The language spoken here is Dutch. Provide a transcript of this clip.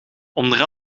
onder